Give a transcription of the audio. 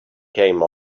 came